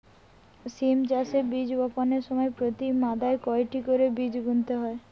সিম চাষে বীজ বপনের সময় প্রতি মাদায় কয়টি করে বীজ বুনতে হয়?